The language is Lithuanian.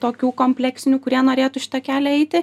tokių kompleksinių kurie norėtų šitą kelią eiti